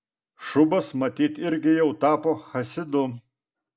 šubas matyt irgi jau tapo chasidu